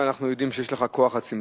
אני אקשיב, אנחנו יודעים שיש לך כוח הצמצום.